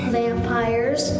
vampires